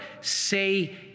say